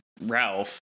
Ralph